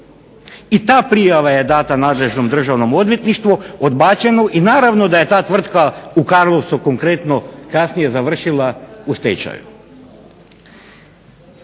I ta prijava je dana nadležnom državnom odvjetništvu odbačenu i naravno da je ta tvrtka u Karlovcu konkretno kasnije završila u stečaju.